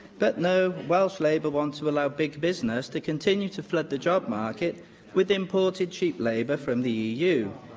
but no welsh labour want to allow big business to continue to flood the job market with imported cheap labour from the eu.